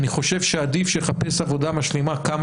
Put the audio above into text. אני חושב שעדיף שיחפש עבודה משלימה כמה